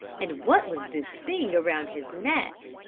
and what was this thing around his neck?